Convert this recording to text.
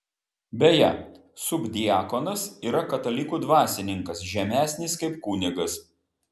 beje subdiakonas yra katalikų dvasininkas žemesnis kaip kunigas